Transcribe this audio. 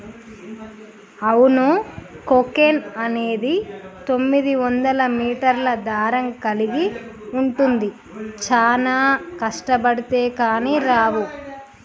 అవును కోకెన్ అనేది తొమ్మిదివందల మీటర్ల దారం కలిగి ఉంటుంది చానా కష్టబడితే కానీ రావు